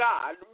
God